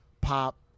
Pop